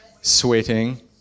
sweating